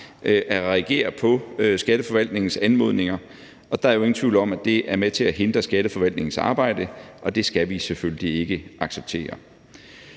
at reagere på Skatteforvaltningens anmodninger, og der er jo ingen tvivl om, at det er med til at hindre Skatteforvaltningens arbejde. Det skal vi selvfølgelig ikke acceptere.